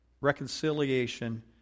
Reconciliation